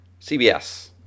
CBS